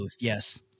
Yes